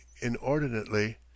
inordinately